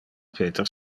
peter